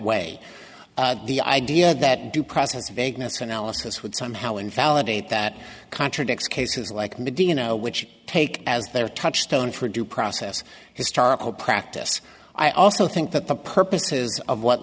way the idea that due process vagueness analysis would somehow invalidate that contradicts cases like medina which take as their touchstone for due process historical practice i also think that the purposes of what